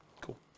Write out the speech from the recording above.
Cool